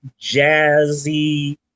jazzy